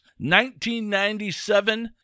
1997